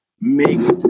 makes